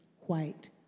white